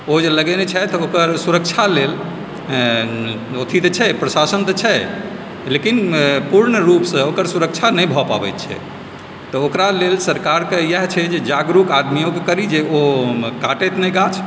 ओ जे लगेने छथि ओकर सुरक्षा लेल अथी तऽ छै प्रशासन तऽ छै लेकिन पूर्ण रूपसँ ओकर सुरक्षा नहि भऽ पाबैत छै तऽ ओकरा लेल सरकार कऽ इएह छै जे जागरूक आदमीयो कऽ करी जे ओ काटैत नहि गाछ